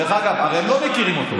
דרך אגב, הרי הם לא מכירים אותו.